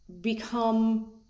become